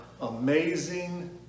amazing